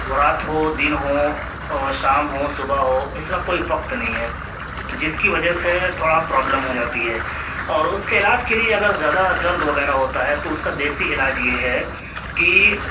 وہ رات ہو دن ہو اور شام ہو صبح ہو اس کا کوئی وقت نہیں ہے جس کی وجہ سے تھوڑا پرابلم ہو جاتی ہے اور اس کے علاج کے لیے اگر زیادہ درد وغیرہ ہوتا ہے تو اس کا دیسی علاج یہ ہے کہ